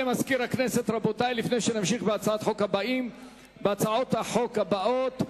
רבותי, לפני שנמשיך בהצעות החוק הבאות,